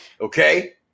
okay